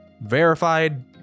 verified